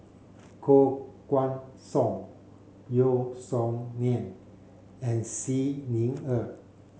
Koh Guan Song Yeo Song Nian and Xi Ni Er